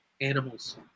animals